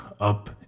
up